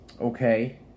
Okay